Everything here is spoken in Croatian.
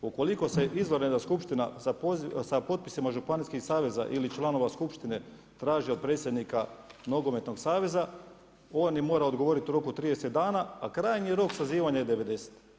Ukoliko se izvanredna skupština sa potpisima županijskih saveza ili članova skupštine, traže od predsjednika nogometnog saveza, on mora odgovoriti u roku od 30 dana, a krajnji rok sazivanje je 90.